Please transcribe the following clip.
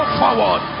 forward